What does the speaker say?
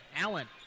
Allen